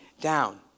down